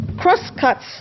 cross-cuts